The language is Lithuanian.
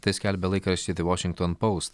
tai skelbia laikraštis the washington post